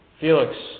Felix